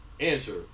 Answer